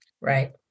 Right